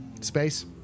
Space